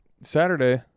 Saturday